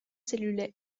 cellulaire